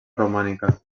romànica